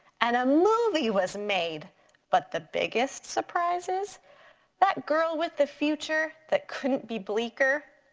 and a movie was made but the biggest surprise is that girl with the future that couldn't be bleaker,